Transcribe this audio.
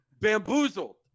Bamboozled